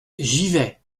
givet